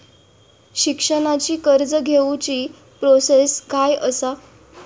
शिक्षणाची कर्ज घेऊची प्रोसेस काय असा?